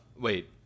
Wait